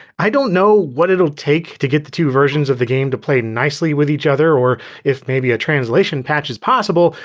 i don't know what it'll take to get the two versions of the game to play nicely with each other, or if maybe a translation patch is possible.